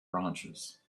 branches